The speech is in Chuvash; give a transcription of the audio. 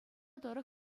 тӑрӑх